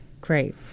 Great